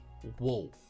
Whoa